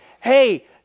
hey